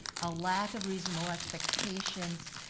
a lack of reasonable expectations,